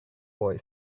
boy